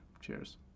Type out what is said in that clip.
Cheers